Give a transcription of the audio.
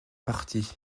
parti